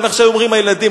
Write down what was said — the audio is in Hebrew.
איך שהיו אומרים הילדים,